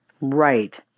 Right